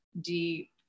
deep